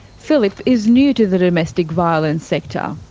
phillip is new to the domestic violence sector.